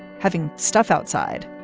having stuff outside,